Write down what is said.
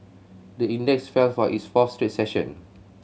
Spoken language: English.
the index fell for its fourth straight session